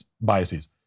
biases